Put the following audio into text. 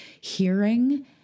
hearing